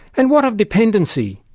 and what of dependency?